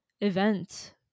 event